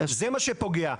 זה מה שפוגע.